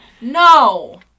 No